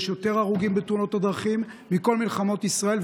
יש יותר הרוגים בתאונות הדרכים מבכל מלחמות ישראל,